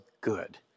good